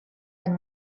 and